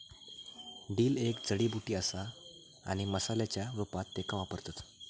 dill एक जडीबुटी असा आणि मसाल्याच्या रूपात त्येका वापरतत